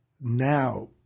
now